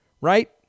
Right